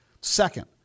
Second